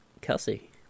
Kelsey